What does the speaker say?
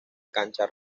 cancha